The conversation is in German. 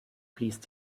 fließt